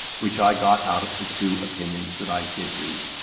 which i got out of the two opinions that i did read,